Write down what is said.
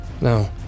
No